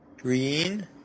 green